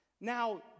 Now